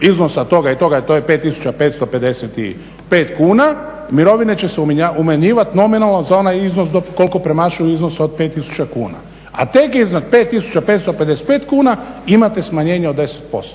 iz nosa toga i toga to je 5555 kuna, mirovine će se umanjivat nominalno za onaj iznos koliko premašuju iznos od 5000 kuna, a tek iznad 5555 kuna imate smanjenje od 10%.